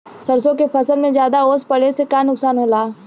सरसों के फसल मे ज्यादा ओस पड़ले से का नुकसान होला?